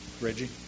Reggie